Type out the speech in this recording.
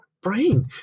brain